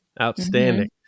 Outstanding